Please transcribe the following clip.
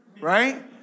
Right